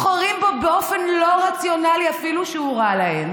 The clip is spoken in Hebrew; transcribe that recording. בוחרים בו באופן לא רציונלי אפילו שהוא רע להם,